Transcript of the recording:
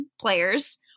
players